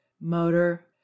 motor